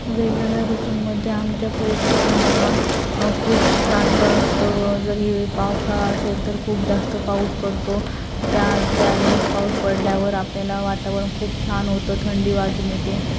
वेगवेगळ्या ऋतूंमध्ये आमच्या परिसातील हवामान खूप शांत असतं जरी पावसाळा असेल तर खूप जास्त पाऊस पडतो त्या त्या वेळेस पाऊस पडल्यावर आपल्याला वातावरण खूप छान होतं थंडी वाजून येते